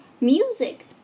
music